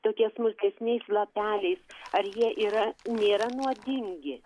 tokie smulkesniais lapeliais ar jie yra nėra nuodingi